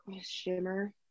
Shimmer